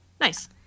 Nice